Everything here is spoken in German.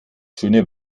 schöne